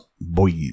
boys